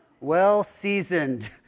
Well-seasoned